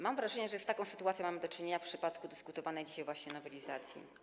Mam wrażenie, że z taką sytuacją mamy do czynienia w przypadku dyskutowanej dzisiaj nowelizacji.